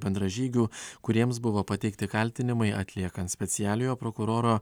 bendražygių kuriems buvo pateikti kaltinimai atliekant specialiojo prokuroro